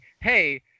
hey